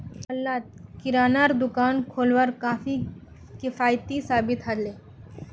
मोहल्लात किरानार दुकान खोलवार काफी किफ़ायती साबित ह ले